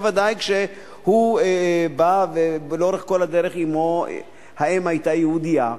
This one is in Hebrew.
בוודאי כשהוא בא ולאורך כל הדרך האם היתה יהודייה.